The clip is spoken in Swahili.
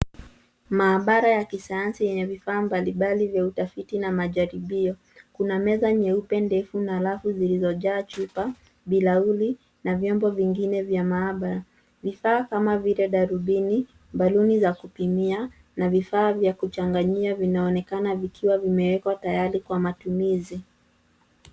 Maabara ya kisayansi yenye vifaa mbalimbali vya utafiti na majaribio. Kuna meza nyeupe ndefu na rafu zilizojaa chupa, bilauli na vyombo vingine vya maabara. Vifaa kama vile darubini, mbaluni za kupimia na vifaa vya kuchanganyia vinaonekana vimewekwa tayari kwa matumizi